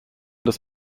des